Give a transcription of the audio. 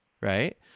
right